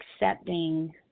accepting